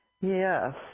Yes